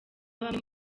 bamwe